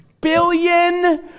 billion